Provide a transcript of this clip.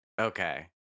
Okay